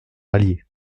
allier